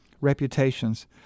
reputations